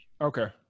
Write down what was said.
okay